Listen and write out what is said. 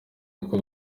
uko